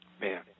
Man